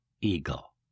eagle